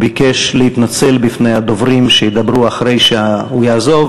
הוא ביקש להתנצל בפני הדוברים שידברו אחרי שהוא יעזוב,